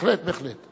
בהחלט, בהחלט.